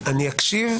אני אקשיב,